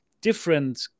different